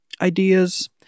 ideas